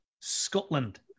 Scotland